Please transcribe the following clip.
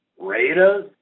Raiders